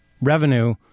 revenue